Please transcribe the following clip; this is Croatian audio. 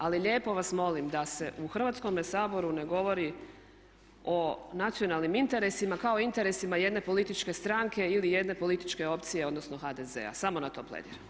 Ali lijepo vas molim da se u Hrvatskome saboru ne govori o nacionalnim interesima kao interesima jedne političke stranke ili jedne političke opcije odnosno HDZ-a samo na to plediram.